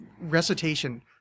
recitation